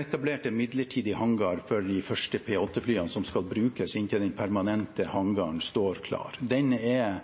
etablert en midlertidig hangar for de første P-8-flyene som skal brukes inntil den permanente hangaren står klar. Den er